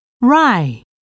Rye